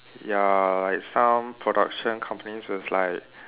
ya like some production companies is like